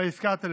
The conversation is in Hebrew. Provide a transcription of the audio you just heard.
בעסקה הטלפונית.